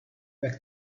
back